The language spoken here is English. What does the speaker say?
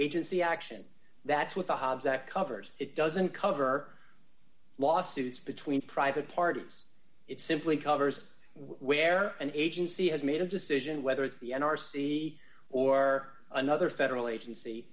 agency action that's what the hobbs act covers it doesn't cover lawsuits between private parties it simply covers where an agency has made a decision whether it's the n r c or another federal agency